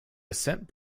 ascent